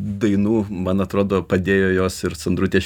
dainų man atrodo padėjo jos ir sandrutės